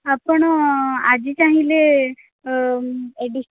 ଆପଣ ଆଜି ଚାହିଁଲେ ଏ ଡିସଚାର୍ଜ୍